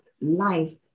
life